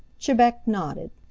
chebec nodded.